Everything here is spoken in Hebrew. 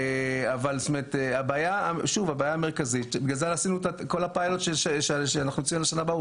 בגלל זה עשינו את כל הפיילוט שאנחנו יוצאים בשנה הבאה,